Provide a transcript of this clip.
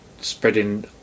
spreading